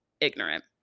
ignorant